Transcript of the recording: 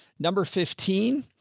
number fifteen.